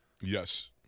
Yes